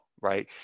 right